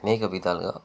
అనేక విధాలుగా